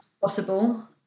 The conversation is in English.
possible